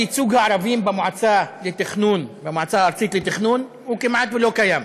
ייצוג הערבים במועצה הארצית לתכנון כמעט ולא קיים,